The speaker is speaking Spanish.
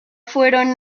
fueron